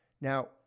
Now